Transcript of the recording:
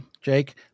Jake